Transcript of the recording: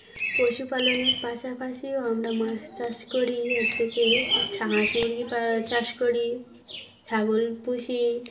পশুপালনের পাশাপাশিও আমরা মাছ চাষ করি হচ্ছে ক হাঁস মুরগি চাষ করি ছাগল পুষি